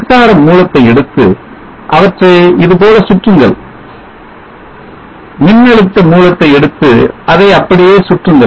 மின்சார மூலத்தை எடுத்து அவற்றை இதுபோல சுற்றுங்கள் மின்னழுத்த மூலத்தை எடுத்து அதை அப்படியே சுற்றுங்கள்